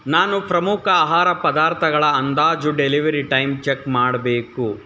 ನಾನು ಪ್ರಮುಖ ಆಹಾರ ಪದಾರ್ಥಗಳ ಅಂದಾಜು ಡೆಲಿವರಿ ಟೈಮ್ ಚಕ್ ಮಾಡಬೇಕು